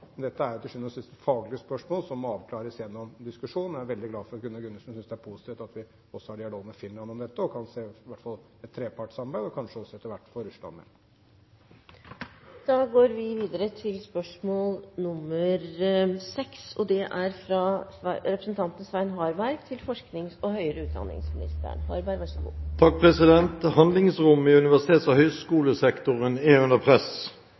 Dette er til sjuende og sist et faglig spørsmål som må avklares gjennom diskusjon. Jeg er veldig glad for at Gunnar Gundersen synes det er positivt at vi også er i dialog med Finland om dette og kan se i hvert fall et trepartssamarbeid – og kanskje vi også etter hvert får Russland med. «Handlingsrommet i universitets- og høyskolesektoren er under press. Det er